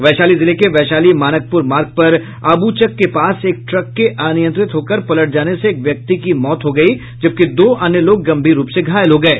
वैशाली जिले के वैशाली मानकपुर मार्ग पर अबुचक के पास एक ट्रक के अनियंत्रित होकर पलट जाने से एक व्यक्ति की मौत हो गयी जबकि दो अन्य लोग गम्भीर रूप से घायल हो गये